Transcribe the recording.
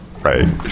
right